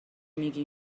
میگی